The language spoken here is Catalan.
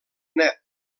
net